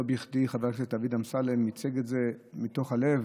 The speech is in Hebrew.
לא בכדי חבר הכנסת דוד אמסלם הציג את זה מתוך הלב